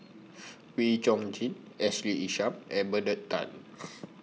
Wee Chong Jin Ashley Isham and Bernard Tan